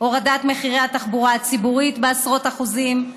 הורדת מחירי התחבורה הציבורית בעשרות אחוזים.